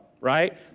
right